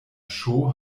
show